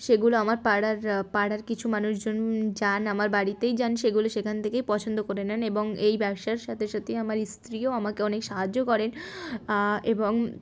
সেগুলো আমার পাড়ার পাড়ার কিছু মানুষজন যান আমার বাড়িতেই যান সেগুলো সেখান থেকেই পছন্দ করে নেন এবং এই ব্যবসার সাথে সাথে আমার স্ত্রীও আমাকে অনেক সাহায্য করেন এবং